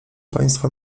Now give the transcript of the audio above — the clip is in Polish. państwa